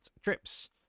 trips